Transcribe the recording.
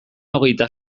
hogeita